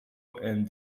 and